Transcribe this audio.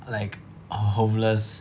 like homeless